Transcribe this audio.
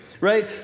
right